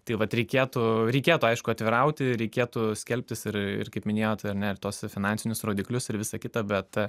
tai vat reikėtų reikėtų aišku atvirauti reikėtų skelbtis ir ir kaip minėjot na ir tuos finansinius rodiklius ir visa kita bet